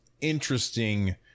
interesting